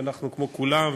אנחנו כמו כולם,